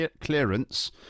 clearance